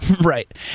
right